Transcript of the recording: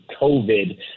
COVID